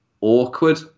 awkward